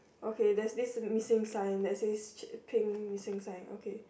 okay there is this missing sign that's says pink missing sign okay